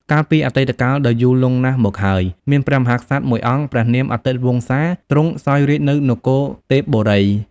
កាលពីអតីតកាលដ៏យូរលង់ណាស់មកហើយ មានព្រះមហាក្សត្រមួយអង្គព្រះនាមអាទិត្យវង្សា ទ្រង់សោយរាជ្យនៅនគរទេពបុរី។